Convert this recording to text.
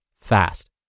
fast